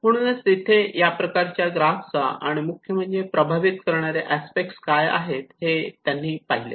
म्हणूनच तिथे या प्रकारच्या ग्राफचा आणि मुख्य म्हणजे प्रभावित करणारे अस्पेक्ट काय आहेत हे त्यांनी पाहिले